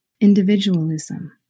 individualism